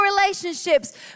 relationships